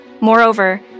Moreover